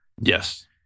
yes